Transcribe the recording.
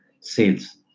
sales